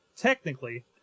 Technically